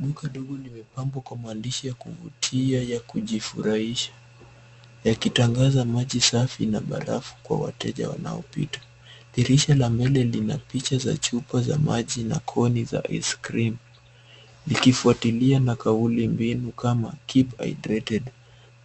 Duka dogo limepambwa kwa maandishi ya kuvutia ya kujifurahisha, yakitangaza maji safi na barafu kwa wateja wanaopita. Dirisha la mbele lina picha za chupa za maji na koni za iskrimu, likifuatilia na kauli mbinu kama keep hydrated